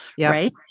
right